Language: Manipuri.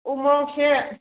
ꯎ ꯃꯣꯔꯣꯛꯁꯦ